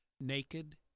Naked